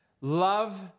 love